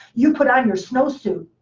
you put on your snowsuit.